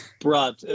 Brad